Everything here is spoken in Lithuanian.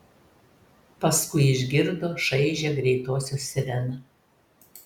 paskui išgirdo šaižią greitosios sireną